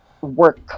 work